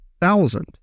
thousand